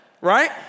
right